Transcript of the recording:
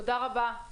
תודה רבה.